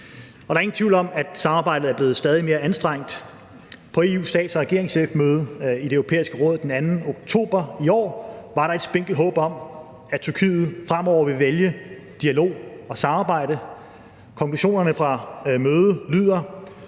Der er ingen tvivl om, at samarbejdet er blevet stadig mere anstrengt. På EU's stats- og regeringschefsmøde i Det Europæiske Råd den 2. oktober 2020 var der et spinkelt håb om, at Tyrkiet fremover ville vælge dialog og samarbejde. Konklusionerne fra mødet lyder